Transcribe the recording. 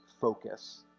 focus